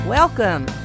Welcome